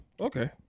Okay